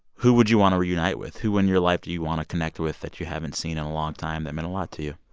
who would you want to reunite with? who in your life do you want to connect with that you haven't seen in a long time that meant a lot to you?